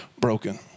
broken